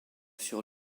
sur